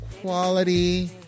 quality